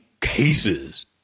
cases –